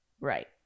Right